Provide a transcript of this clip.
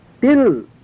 till